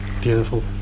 beautiful